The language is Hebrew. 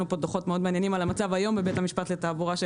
יש לנו דוחות מאוד מעניינים על המצב היום בבית המשפט לתעבורה.